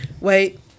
Wait